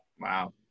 Wow